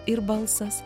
ir balsas